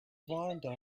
vonda